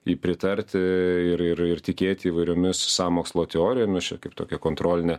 i pritarti ir ir ir tikėti įvairiomis sąmokslo teorijomis čia kaip tokią kontrolinę